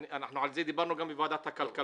אנחנו על זה דיברנו גם עם ועדת הכלכלה.